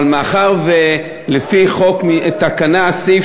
אבל מאחר שלפי תקנה, סעיף